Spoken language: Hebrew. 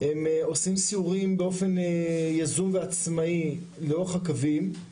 הם עושים סיורים באופן יזום ועצמאי לאורך הקווים,